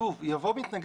תקרא את (ג)